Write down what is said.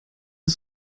ist